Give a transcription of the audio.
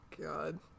God